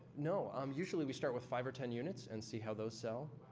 no. um usually we start with five or ten units and see how those sell.